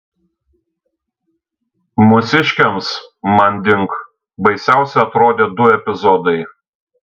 mūsiškiams manding baisiausi atrodė du epizodai